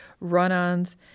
run-ons